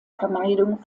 vermeidung